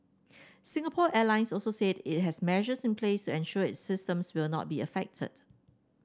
Singapore Airlines also said it has measures in place to ensure its systems will not be affected